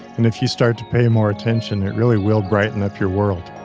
and if you start to pay more attention, it really will brighten up your world